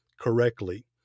correctly